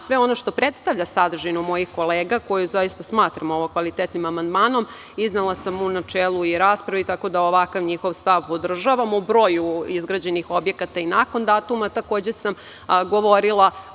Sve ono što predstavlja sadržinu mojih kolega, koji zaista smatram kvalitetnim amandmanom, iznela sam u načelu i raspravi, tako da ovakav njihov stav podržavamo u broju izgrađenih objekata i nakon datuma, takođe sam govorila.